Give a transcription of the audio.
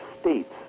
states